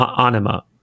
anima